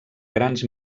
grans